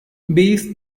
bees